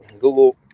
Google